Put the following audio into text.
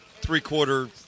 three-quarter